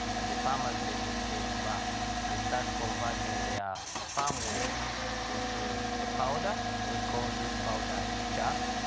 and the farmers take these kilns back and start converting their farm waste into a powder. we call this powder a char,